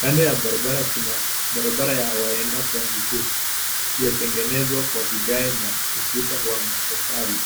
Kando ya barabara kuna barabara ya waenda kwa miguu, iliyotengenezwa kwa vigae na ukuta wa matofali.